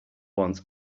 want